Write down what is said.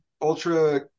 ultra